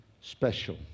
special